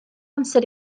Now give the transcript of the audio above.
amser